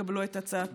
יקבלו את הצעתי.